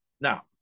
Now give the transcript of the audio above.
Now